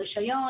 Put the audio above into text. עם רישיון,